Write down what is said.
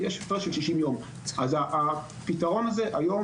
אז הפתרון הזה היום.